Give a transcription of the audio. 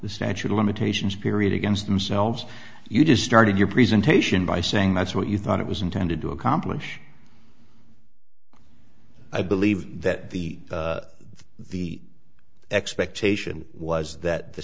the statute of limitations period against themselves you just started your presentation by saying that's what you thought it was intended to accomplish i believe that the the expectation was that the